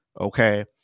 okay